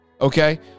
okay